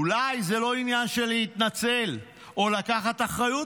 אולי זה לא עניין של להתנצל או לקחת אחריות,